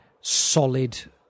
solid